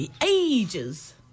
ages